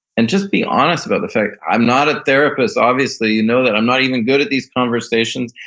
and just be honest about the fact i'm not a therapist obviously. you know that i'm not even good at these conversations.